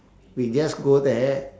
we just go there